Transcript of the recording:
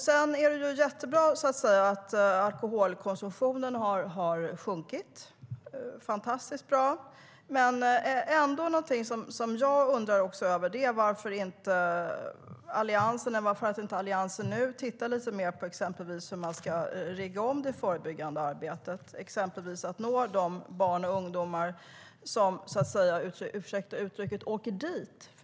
Det är jättebra att alkoholkonsumtionen har sjunkit. Det är fantastiskt bra. Någonting som jag ändå undrar över är varför Alliansen inte tittar lite mer på hur man ska lägga om det förebyggande arbetet, exempelvis för att nå de barn och ungdomar som - ursäkta uttrycket - åker dit.